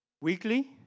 Weekly